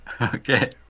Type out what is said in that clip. Okay